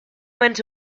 went